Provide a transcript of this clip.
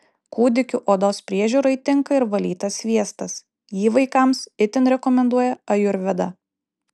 kūdikių odos priežiūrai tinka ir valytas sviestas jį vaikams itin rekomenduoja ajurveda